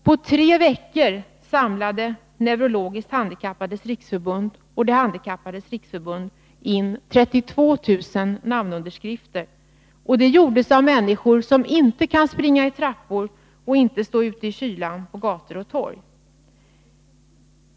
På tre veckor samlade Neurologiskt handikappades riksförbund och De handikappades riksförbund in 32 000 namnunderskrifter, och det gjordes av människor som inte kan springa i trappor och inte stå ute i kylan på gator och torg.